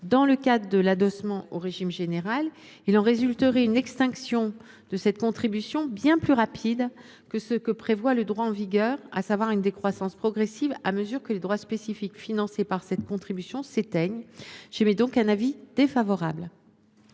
dans le cadre de l’adossement au régime général : il résulterait donc de l’adoption de votre amendement une extinction de cette contribution bien plus rapide que ne le prévoit le droit en vigueur, à savoir une décroissance progressive à mesure que les droits spécifiques financés par cette contribution s’éteignent. J’émets donc un avis défavorable.